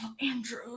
Andrew